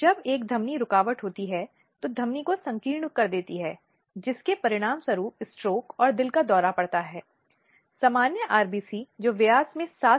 अब यह एक बहुत ही गंभीर समस्या है और इसके परिणामस्वरूप ऐसे कानून बन गए हैं जो लिंग निर्धारण की इस प्रथा को प्रतिबंधित करने के लिए पारित किए गए हैं